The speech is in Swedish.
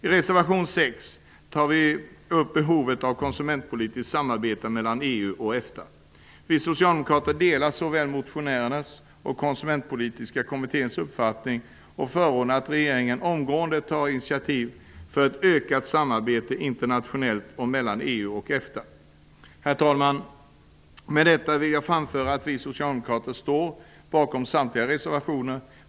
I reservation 6 tar vi upp behovet av konsumentpolitiskt samarbete mellan EU och EFTA. Vi socialdemokrater delar såväl motionärernas som Konsumentpolitiska kommitténs uppfattning och förordar att regeringen omgående tar initiativ till ett ökat samarbete internationellt och mellan EU och EFTA. Herr talman! Med detta vill jag framföra att vi socialdemokrater står bakom samtliga reservationer.